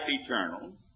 eternal